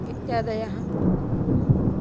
इत्यादयः